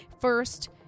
First